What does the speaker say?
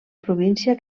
província